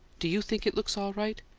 do you think it looks all right?